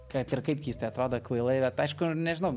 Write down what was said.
kad ir kaip keistai atrodo kvailai bet aišku nežinau